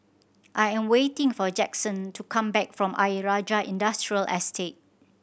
I am waiting for Jaxon to come back from Ayer Rajah Industrial Estate